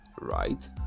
right